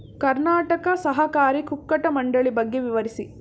ಕರ್ನಾಟಕ ಸಹಕಾರಿ ಕುಕ್ಕಟ ಮಂಡಳಿ ಬಗ್ಗೆ ವಿವರಿಸಿ?